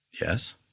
Yes